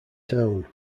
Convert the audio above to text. town